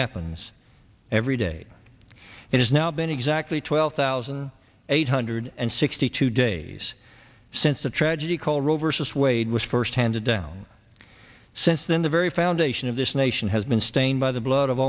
happens every day it has now been exactly twelve thousand eight hundred and sixty two days since the tragedy called roe versus wade was first handed down since then the very foundation of this nation has been stained by the blood of